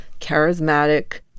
charismatic